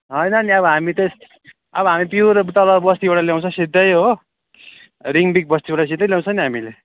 होइन नि अब हामी त अब हामी प्युर अब तल बस्तीबा ल्याउँछ सिधै हो रिम्बिक बस्तीबाट सिधै ल्याउँछ नि हामीले